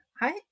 Hi